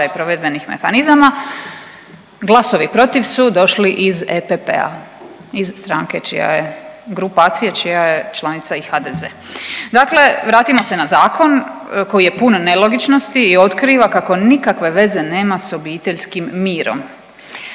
i provedbenih mehanizama. Glasovi protiv su došli iz EPP-a iz stranka čija je, grupacije čija je članica i HDZ. Dakle, vratimo se na zakon koji je pun nelogičnosti i otkriva kako nikakve veze nema s obiteljskim mirom.